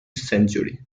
century